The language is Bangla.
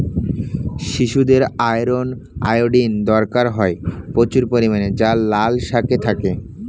শিশুদের আয়রন, আয়োডিন দরকার হয় প্রচুর পরিমাণে যা লাল শাকে থাকে